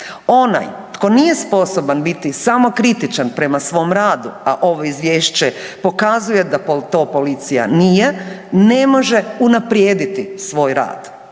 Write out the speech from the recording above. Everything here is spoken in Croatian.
Onaj tko nije sposoban biti samokritičan prema svom radu, a ovo izvješće pokazuje da to policija nije ne može unaprijediti svoj rad.